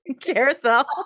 carousel